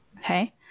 okay